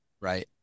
right